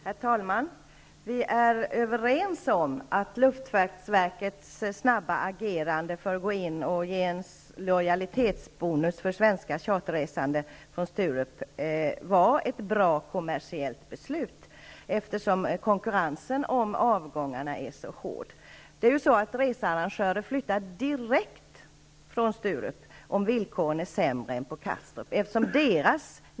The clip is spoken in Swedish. Herr talman! Vi är överens om att luftfartsverkets snabba agerande för att ge en lojalitetsbonus för svenska charterresande från Sturup var ett bra kommersiellt beslut, eftersom konkurrensen om avgångarna är så hård. Researrangörerna flyttar direkt från Sturup om villkoren är sämre än på Kastrup.